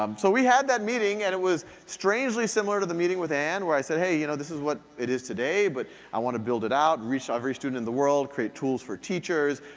um so, we had that meeting and it was strangely similar to the meeting with ann where i said hey, you know this is what it is today, but i wanna build it out and reach every student in the world. create tools for teachers,